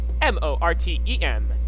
M-O-R-T-E-M